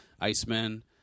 Iceman